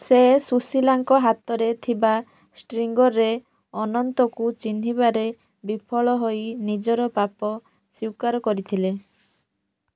ସେ ସୁଶୀଲାଙ୍କ ହାତରେ ଥିବା ଷ୍ଟ୍ରିଙ୍ଗରେ ଅନନ୍ତକୁ ଚିହ୍ନିବାରେ ବିଫଳ ହୋଇ ନିଜର ପାପ ସ୍ୱୀକାର କରିଥିଲେ